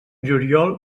juliol